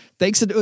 Thanks